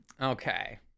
okay